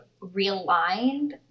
realigned